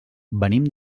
venim